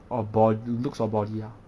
orh bod~ looks or body ah